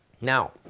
now